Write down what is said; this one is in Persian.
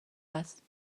است